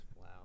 Wow